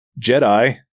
Jedi